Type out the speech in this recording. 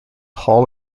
hall